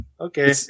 Okay